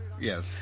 yes